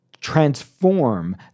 transform